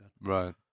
Right